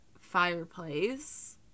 fireplace